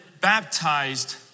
baptized